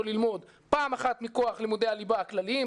ללמוד פעם אחת מכח למודי הליבה הכלליים,